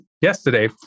yesterday